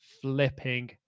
flipping